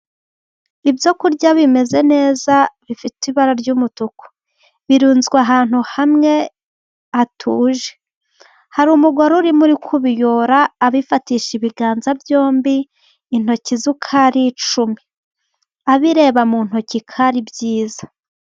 Ibyokurya bimeze neza bifite ibara ry'umutuku, birunzwe ahantu hamwe hatuje, hari umugore urimo kubiyora abifatisha ibiganza byombi intoki z'uko ari icumi, abireba mu ntoki kwari byiza.